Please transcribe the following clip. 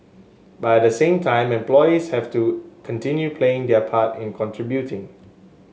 but at the same time employees have to continue playing their part in contributing